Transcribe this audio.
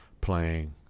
playing